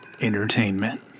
Entertainment